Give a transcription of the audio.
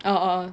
(uh huh)